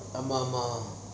ஆமா ஆமா:ama ama